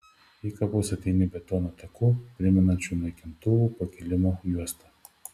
į kapus ateini betono taku primenančiu naikintuvų pakilimo juostą